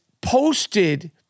posted